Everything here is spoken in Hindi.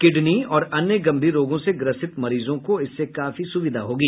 किडनी और अन्य गंभीर रोगों से ग्रसित मरीजों को इससे काफी सुविधा होगी